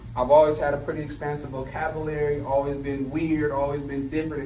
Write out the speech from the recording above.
i've always had a pretty expansive vocabulary. always been weird. always been been